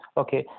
okay